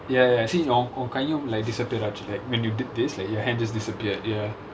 ya ya see உன் கையும்:un kaiyum like disappeared ஆச்சு:aachu when you did this your hand just disappeared ya